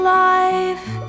life